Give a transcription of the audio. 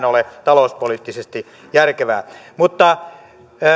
ole talouspoliittisesti järkevää